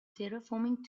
terraforming